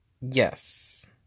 Yes